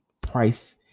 Price